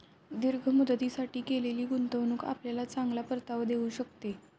दीर्घ मुदतीसाठी केलेली गुंतवणूक आपल्याला चांगला परतावा देऊ शकते